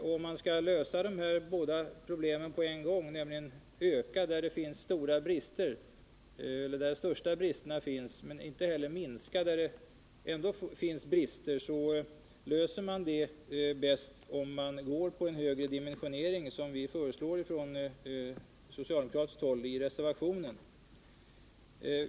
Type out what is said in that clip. Om man skall lösa de här båda problemen på en gång — nämligen att öka utbildningskapaciteten där de största bristerna finns men inte minska tandläkarförsörjningen där det ändå är brister — gör man det bäst genom den större dimensionering som vi på socialdemokratiskt håll föreslår i reservationen.